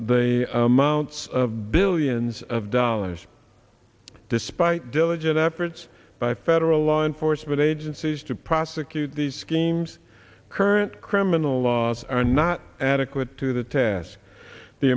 the amounts of billions of dollars despite diligent efforts by federal law enforcement agencies to prosecute these schemes current criminal laws are not adequate to the task the